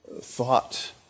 thought